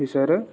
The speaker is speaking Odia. ବିଷୟରେ